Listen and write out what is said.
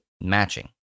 Matching